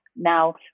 Now